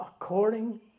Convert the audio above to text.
according